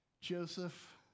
Joseph